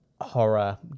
horror